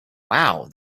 wow